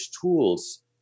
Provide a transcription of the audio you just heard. tools